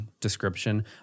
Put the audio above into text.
description